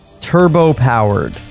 Turbo-powered